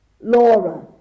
Laura